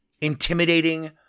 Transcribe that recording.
intimidating